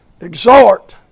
Exhort